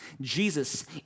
Jesus